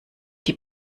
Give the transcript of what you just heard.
die